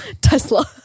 Tesla